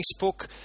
Facebook